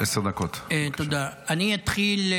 אני אתחיל,